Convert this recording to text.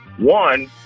One